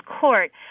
Court